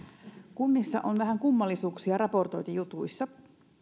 kunnissa on vähän kummallisuuksia raportointijutuissa